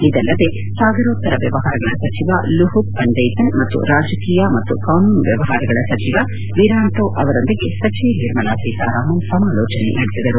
ಇದಲ್ಲದೇ ಸಾಗರೋತ್ತರ ವ್ಯವಹಾರಗಳ ಸಚಿವ ಲುಹುತ್ ವಂಜೈತನ್ ಮತ್ತು ರಾಜಕೀಯ ಮತ್ತು ಕಾನೂನು ವ್ಯವಹಾರಗಳ ಸಚಿವ ವಿರಾಂಟೋ ಅವರೊಂದಿಗೆ ಸಚಿವೆ ನಿರ್ಮಲಾ ಸೀತಾರಾಮನ್ ಸಮಾಲೋಚನೆ ನಡೆಸಿದರು